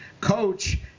coach